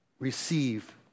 receive